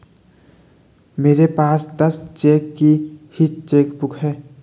मेरे पास दस चेक की ही चेकबुक है